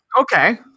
Okay